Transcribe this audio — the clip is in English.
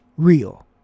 Real